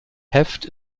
heft